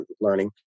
learning